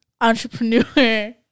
entrepreneur